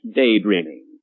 daydreaming